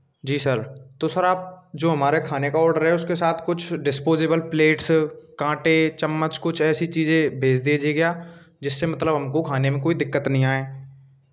जी sir तो sir आप जो हमारे खाने का ऑर्डर है उसके साथ कुछ डिस्पोज़ेबल प्लेट्स कांटे चम्मच कुछ ऐसी चीज़ें भेज़ दीजिएगा जिससे मतलब हमको खाने में कोई दिक्कत नहीं आए